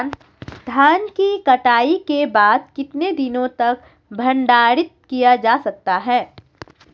धान की कटाई के बाद कितने दिनों तक भंडारित किया जा सकता है?